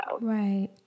right